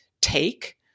take